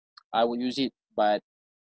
I would use it but